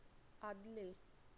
आदले